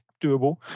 doable